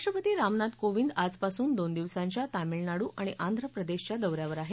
राष्ट्रपती रामनाथ कोविंद आजपासून दोन दिवसांच्या तामिळनाडू आणि आंध्र प्रदेशच्या दौऱ्यावर आहेत